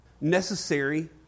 necessary